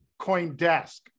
CoinDesk